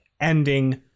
ending